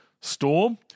Storm